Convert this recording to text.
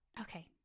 Okay